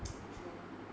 true